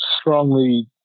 strongly